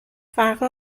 فرق